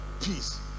peace